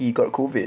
he got COVID